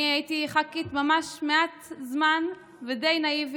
אני הייתי ח"כית ממש מעט זמן, ודי נאיבית,